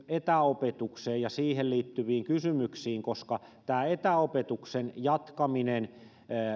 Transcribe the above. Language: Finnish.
etäopetukseen ja siihen liittyviin kysymyksiin koska tämä etäopetuksen jatkaminen